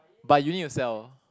but you need to sell